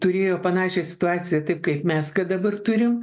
turėjo panašią situaciją taip kaip mes ką dabar turim